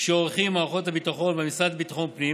שעורכים מערכת הביטחון והמשרד לביטחון פנים